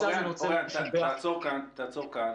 אוריין, תעצור כאן.